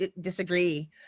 disagree